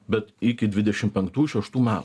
bet iki dvidešimt penktų šeštų metų